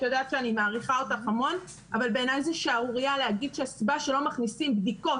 את יודעת שאני מאוד מעריכה אתך - להגיד שהסיבה שלא מכניסים בדיקות